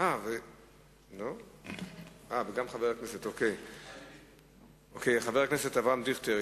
חבר הכנסת אברהם דיכטר,